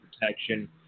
protection